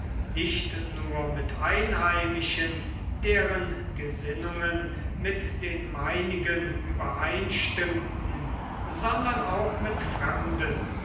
nicht nur mit einheimischen deren gesinnungen mit den meinigen übereinstimmten sondern auch mit fremden